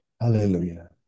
Hallelujah